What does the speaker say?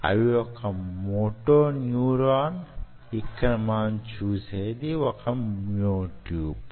అవి వొక motor neuron ఇక్కడ మనం చూసేది వొక మ్యో ట్యూబ్